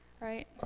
right